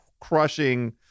crushing